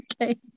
Okay